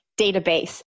database